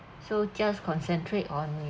so just concentrate on